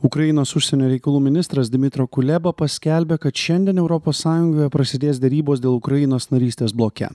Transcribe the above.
ukrainos užsienio reikalų ministras dmitro kuleba paskelbė kad šiandien europos sąjungoje prasidės derybos dėl ukrainos narystės bloke